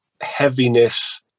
heaviness